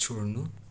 छोड्नु